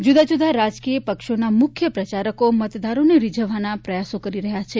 જુદા જુદા રાજકીય પક્ષોના મુખ્ય પ્રચારકો મતદારોને રીઝવવાના પ્રયાસો કરી રહ્યા છે